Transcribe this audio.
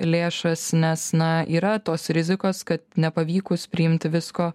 lėšas nes na yra tos rizikos kad nepavykus priimti visko